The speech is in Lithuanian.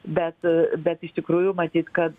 bet bet iš tikrųjų matyt kad